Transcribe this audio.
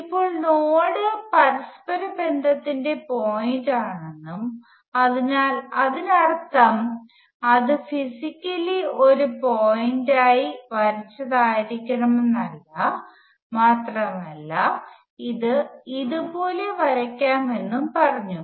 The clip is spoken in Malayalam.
ഇപ്പോൾ നോഡ് പരസ്പര ബന്ധത്തിന്റെ പോയിന്റാണെന്നും അതിനാൽ അതിന്റെ അർത്ഥം അത് ഫിസിക്കലി ഒരു പോയിന്റായി വരച്ചതായിരിക്കണമെന്നില്ല മാത്രമല്ല ഇത് ഇതുപോലെ വരയ്ക്കാമെന്നും പറഞ്ഞു